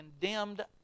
condemned